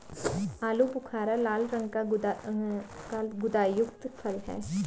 आलू बुखारा लाल रंग का गुदायुक्त फल है